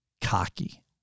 cocky